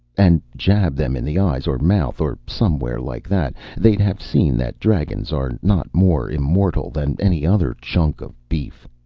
and jab them in the eyes or mouth or somewhere like that, they'd have seen that dragons are not more immortal than any other chunk of beef.